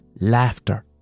laughter